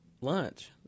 lunch